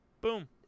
boom